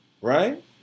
Right